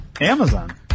Amazon